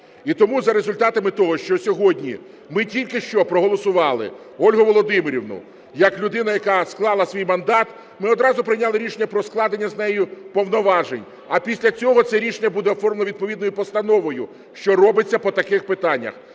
І тому за результатами того, що сьогодні ми тільки що проголосували Ольгу Володимирівну як людину, яка склала свій мандат, ми одразу прийняли рішення про складення з неї повноважень. А після цього це рішення буде оформлено відповідною постановою, що робиться по таких питаннях.